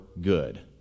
good